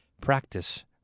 Practice